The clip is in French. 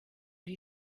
lui